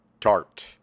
Tart